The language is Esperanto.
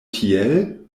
tiel